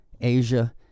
Asia